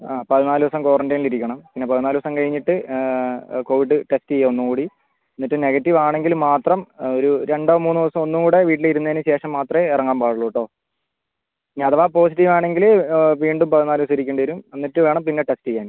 ആ പതിനാലൂസം ക്വാറന്റൈൻല് ഇരിക്കണം പിന്നെ പതിനാലൂസം കഴിഞ്ഞിട്ട് കോവിഡ് ടെസ്റ്റ് ചെയ്യാ ഒന്നുകൂടി എന്നിട്ട് നെഗറ്റീവ് ആണെങ്കിൽ മാത്രം ഒരു രണ്ടോ മൂന്നോ ദിവസം ഒന്നുടെ വീട്ടിലിരുന്നതിന് ശേഷം മാത്രമേ ഇറങ്ങാൻ പാടുള്ളൂട്ടോ ഇനി അഥവാ പോസിറ്റീവ് ആണെങ്കിൽ വീണ്ടും പതിനാലൂസം ഇരിക്കണ്ടി വരും എന്നിട്ട് വേണം പിന്നെ ടെസ്റ്റ് ചെയ്യാൻ